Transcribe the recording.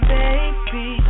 baby